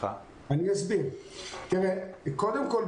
אני אסביר: קודם כל,